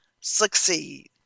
succeed